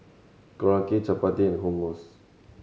Korokke Chapati and Hummus